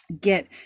get